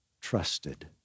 trusted